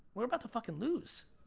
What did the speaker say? we're about to fucking lose.